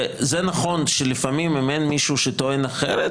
וזה נכון שלפעמים אם אין מישהו שטוען אחרת,